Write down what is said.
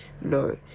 no